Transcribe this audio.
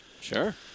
Sure